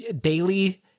daily